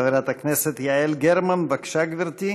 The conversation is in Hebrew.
חברת הכנסת יעל גרמן, בבקשה, גברתי.